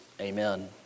Amen